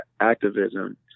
activism